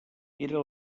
era